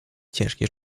ciężkie